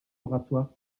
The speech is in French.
oratoire